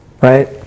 right